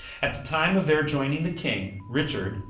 at the time of their joining the king, richard,